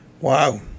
Wow